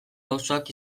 pausoak